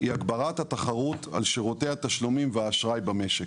היא הגברת התחרות על שירותי התשלומים והאשראי במשק.